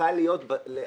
צריכה להיות לפני.